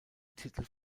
titel